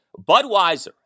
Budweiser